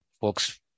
folks